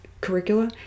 curricula